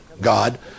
God